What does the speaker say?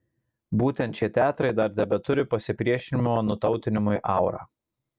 būtent šie teatrai dar tebeturi pasipriešinimo nutautinimui aurą